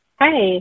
Hi